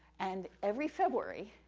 and every february,